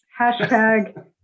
Hashtag